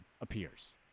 appears